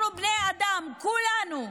אנחנו בני אדם, כולנו.